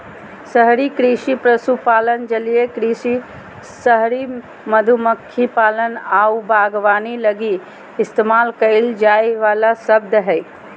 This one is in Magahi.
शहरी कृषि पशुपालन, जलीय कृषि, शहरी मधुमक्खी पालन आऊ बागवानी लगी इस्तेमाल कईल जाइ वाला शब्द हइ